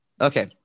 Okay